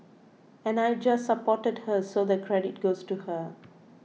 and I just supported her so the credit goes to her